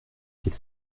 qu’il